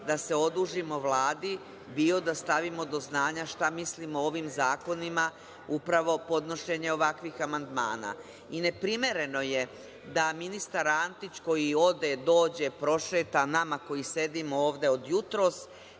da se odužimo Vladi bio da stavimo do znanja šta mislimo o ovim zakonima upravo podnošenjem ovakvim amandmana. Ne primereno je da ministar Antić koji ode, dođe, prošeta nama koji sedimo ovde od jutros